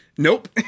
nope